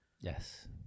Yes